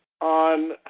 on